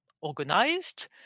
organized